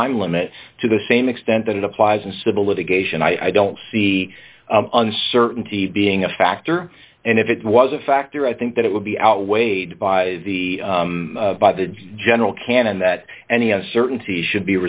time limit to the same extent that it applies in civil litigation i don't see uncertainty being a factor and if it was a factor i think that it would be outweighed by the by the general canon that any uncertainty should